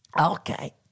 okay